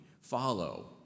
Follow